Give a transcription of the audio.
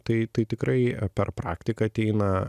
tai tai tikrai per praktiką ateina